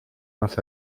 más